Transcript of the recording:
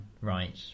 right